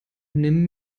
nimm